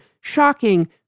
shocking